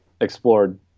explored